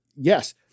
yes